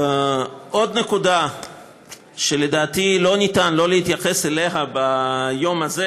עוד נקודה שלדעתי לא ניתן שלא להתייחס אליה ביום הזה,